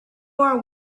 are